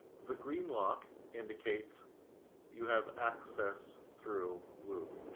the green lock indicates you have access through wou